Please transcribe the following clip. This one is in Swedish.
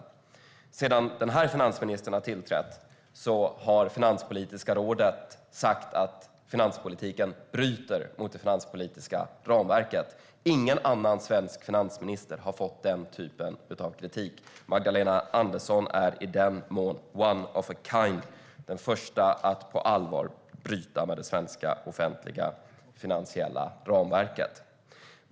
Efter att den här finansministern har tillträtt har Finanspolitiska rådet sagt att finanspolitiken bryter mot det finanspolitiska ramverket. Ingen annan svensk finansminister har fått den typen av kritik. Magdalena Andersson är i så måtto one of a kind, den första att på allvar bryta mot det svenska offentliga finansiella ramverket.